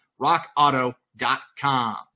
Rockauto.com